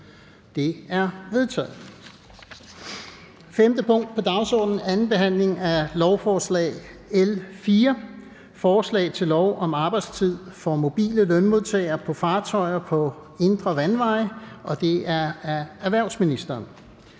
Det er vedtaget. --- Det næste punkt på dagsordenen er: 5) 2. behandling af lovforslag nr. L 4: Forslag til lov om arbejdstid for mobile lønmodtagere på fartøjer på indre vandveje. Af erhvervsministeren